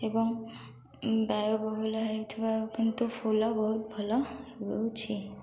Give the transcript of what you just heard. ଏବଂ ବ୍ୟୟବହୁଳ ହେଉଥିବା କିନ୍ତୁ ଫୁଲ ବହୁତ ଭଲ ହେଉଛି